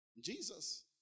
Jesus